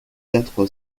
quatre